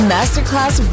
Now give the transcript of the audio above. Masterclass